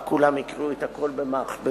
כולם רק יקראו את הכול במחשבים.